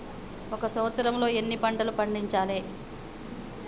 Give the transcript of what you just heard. ఒక సంవత్సరంలో ఎన్ని పంటలు పండించాలే?